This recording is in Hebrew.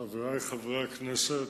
חברי חברי הכנסת,